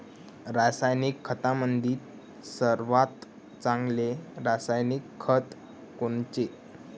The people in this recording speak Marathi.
रासायनिक खतामंदी सर्वात चांगले रासायनिक खत कोनचे?